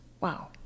wow